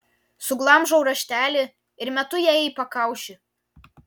suglamžau raštelį ir metu jai į pakaušį